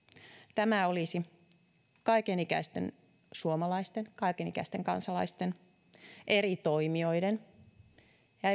tämä olisi kaikenikäisten suomalaisten kaikenikäisten kansalaisten eri toimijoiden ja